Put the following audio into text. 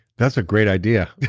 that's a great idea.